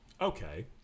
okay